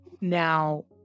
now